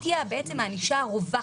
היא תהיה בעצם הענישה הרווחת,